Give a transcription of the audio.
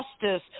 justice